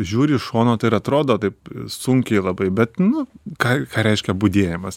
žiūri iš šono tai ir atrodo taip sunkiai labai bet nu ką ką reiškia budėjimas